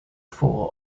four